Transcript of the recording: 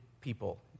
people